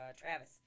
Travis